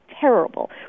terrible